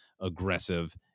aggressive